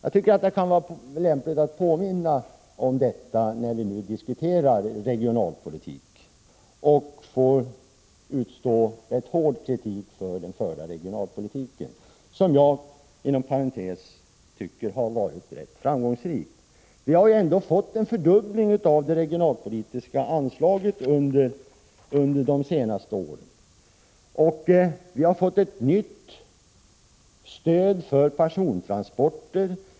Det kan vara lämpligt att påminna om detta när vi nu diskuterar regionalpolitik och får utstå en hård kritik för den förda regionalpolitiken — som jag inom parentes tycker har varit rätt framgångsrik. Vi har ändå fått en fördubbling av det regionalpolitiska anslaget under de senaste åren. Vi har fått ett nytt stöd för persontransporter.